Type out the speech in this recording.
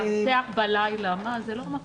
מאבטח בלילה, זה לא מפריע.